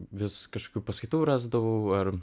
vis kažkokių paskaitų rasdavau ar